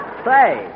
say